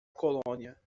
colônia